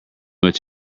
much